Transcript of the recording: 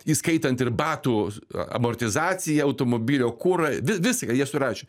įskaitant ir batų amortizaciją automobilio kurą viską jie surašė